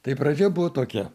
tai pradžia buvo tokia